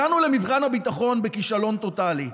הגענו למבחן הביטחון בכישלון טוטלי.